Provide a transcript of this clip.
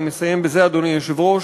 אני מסיים בזה, אדוני היושב-ראש.